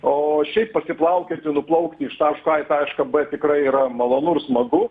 o šiaip pasiplaukioti nuplaukti iš taško a į tašką b tikrai yra malonu ir smagu